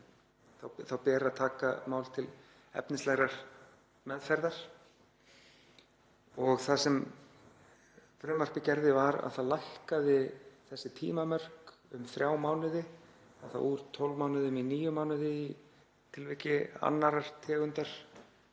þá beri að taka mál til efnislegrar meðferðar. Það sem frumvarpið gerði var að það lækkaði þessi tímamörk um þrjá mánuði, úr 12 mánuðum í níu mánuði í tilviki annarrar tegundar